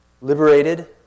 Liberated